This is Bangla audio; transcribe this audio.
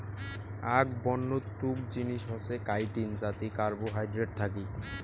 আক বন্য তুক জিনিস হসে কাইটিন যাতি কার্বোহাইড্রেট থাকি